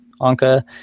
Anka